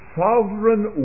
sovereign